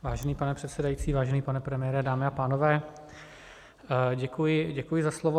Vážený pane předsedající, vážený pane premiére, dámy a pánové, děkuji za slovo.